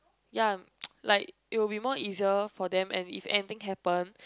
ya like it will be more easier for them and if anything happen